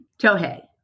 Tohei